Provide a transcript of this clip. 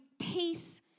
peace